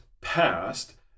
past